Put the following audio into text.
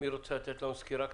מי רוצה לתת לנו סקירה קצרה?